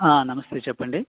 ఆ నమస్తే చెప్పండి